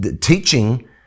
teaching